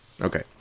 Okay